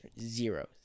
Zero